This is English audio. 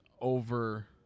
over